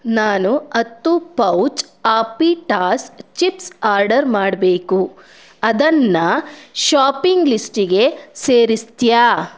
ನಾನು ಅತ್ತು ಪೌಚ್ ಆಪ್ಪಿಟಾಸ್ ಚಿಪ್ಸ್ ಆರ್ಡರ್ ಮಾಡಬೇಕು ಅದನ್ನ ಶೊಪಿಂಗ್ ಲಿಸ್ಟಿಗೆ ಸೇರಿಸ್ತೀಯಾ